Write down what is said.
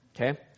Okay